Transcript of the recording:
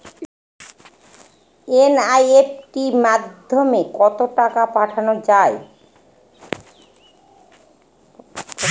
NEFT মাধ্যমে কত টাকা পাঠানো যায়?